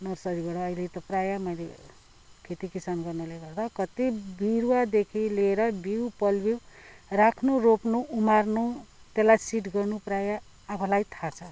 नर्सरीहरूबाट अहिले त प्राय मैले खेती किसान गर्नाले गर्दा कति बिरुवादेखि लिएर बिउ पलबिउँ राख्नु रोप्नु उमार्नु त्यसलाई सिड गर्नु प्राय आफूलाई थाह छ